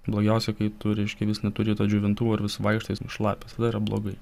blogiausia kai tu reiškia vis neturi to džiovintuvo ir vis vaikštai šlapias tada yra blogai